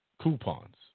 coupons